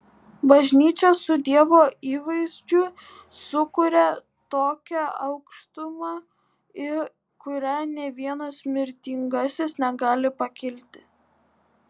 bažnyčia su dievo įvaizdžiu sukuria tokią aukštumą į kurią nė vienas mirtingasis negali pakilti